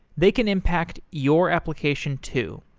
they can impact your application too.